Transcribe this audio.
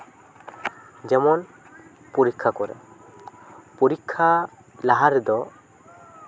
ᱡᱮᱢᱚᱱ ᱯᱚᱨᱤᱠᱠᱷᱟ ᱠᱚᱨᱮᱫ ᱯᱚᱨᱤᱠᱠᱷᱟ ᱞᱟᱦᱟ ᱨᱮᱫᱚ